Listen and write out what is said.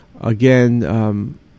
Again